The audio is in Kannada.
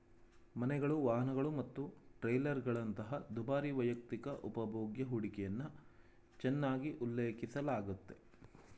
ಮನೆಗಳು, ವಾಹನಗಳು ಮತ್ತು ಟ್ರೇಲರ್ಗಳಂತಹ ದುಬಾರಿ ವೈಯಕ್ತಿಕ ಉಪಭೋಗ್ಯ ಹೂಡಿಕೆಯನ್ನ ಹೆಚ್ಚಾಗಿ ಉಲ್ಲೇಖಿಸಲಾಗುತ್ತೆ